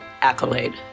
accolade